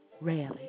rarely